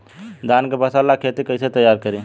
धान के फ़सल ला खेती कइसे तैयार करी?